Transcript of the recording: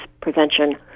prevention